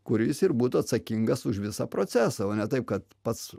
kuris ir būtų atsakingas už visą procesą o ne taip kad pats